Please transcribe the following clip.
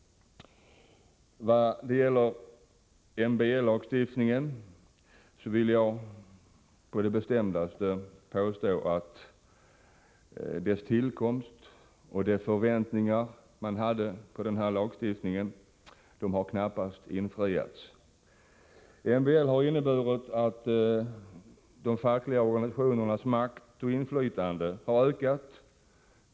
Vad gäller MBL-lagstiftningen vill jag på det bestämdaste påstå att de förväntningar man hade på denna lagstiftning vid dess tillkomst knappast har infriats. MBL har inneburit att de fackliga organisationernas makt och inflytande ökat.